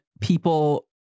people